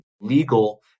legal